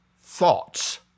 thoughts